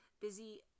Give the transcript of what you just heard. busy